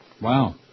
Wow